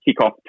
kickoff